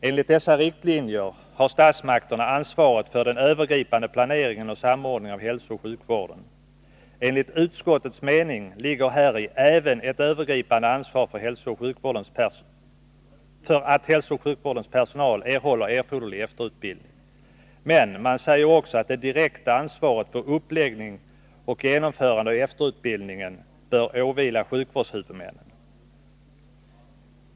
Enligt dessa riktlinjer har statsmakterna ansvaret för den övergripande planeringen och samordningen av hälsooch sjukvården. Enligt utskottets mening ligger häri även ett övergripande ansvar för att hälsooch sjukvårdens personal erhåller erforderlig efterutbildning. Men man säger också att det direkta ansvaret för uppläggning och genomförande av efterutbildningen bör åvila sjukvårdshuvudmännen.